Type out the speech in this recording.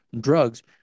drugs